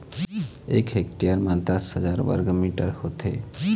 एक हेक्टेयर म दस हजार वर्ग मीटर होथे